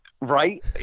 Right